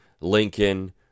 Lincoln